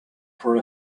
for